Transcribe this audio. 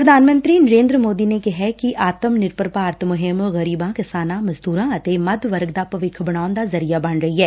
ਪ੍ਰਧਾਨ ਮੰਤਰੀ ਨਰੇਂਦਰ ਮੋਦੀ ਨੇ ਕਿਹੈ ਕਿ ਆਤਮ ਨਿਰਭਰ ਭਾਰਤ ਮੁਹਿੰਮ ਗਰੀਬਾਂ ਕਿਸਾਨਾਂ ਮਜ਼ਦੁਰਾਂ ਅਤੇ ਮੱਧ ਵਰਗ ਦਾ ਭਵਿੱਖ ਬਣਾਉਣ ਦਾ ਜ਼ਰੀਆ ਬਣ ਰਹੀ ਐ